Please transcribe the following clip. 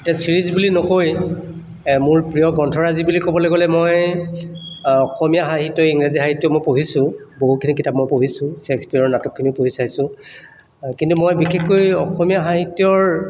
এতিয়া চিৰিজ বুলি নকৈ এই মোৰ প্ৰিয় গ্ৰন্থৰাজি বুলি ক'বলৈ গ'লে মই অসমীয়া সাহিত্য ইংৰাজী সাহিত্য মই পঢ়িছোঁ বহুখিনি কিতাপ মই পঢ়িছোঁ চেক্সপিয়াৰৰ নাটকখিনি পঢ়ি চাইছোঁ কিন্তু মই বিশেষকৈ অসমীয়া সাহিত্যৰ